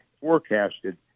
forecasted